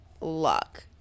luck